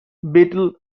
beatle